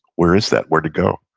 where is that? where'd it go?